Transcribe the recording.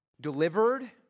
delivered